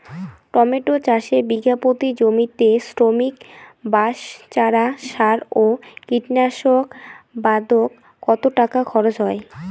Tomato চাষে বিঘা প্রতি জমিতে শ্রমিক, বাঁশ, চারা, সার ও কীটনাশক বাবদ কত টাকা খরচ হয়?